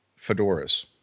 fedoras